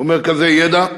ומרכזי ידע,